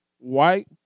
white